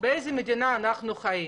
באיזה מדינה אנחנו חיים